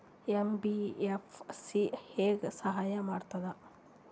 MBFC ಹೆಂಗ್ ಸಹಾಯ ಮಾಡ್ತದ?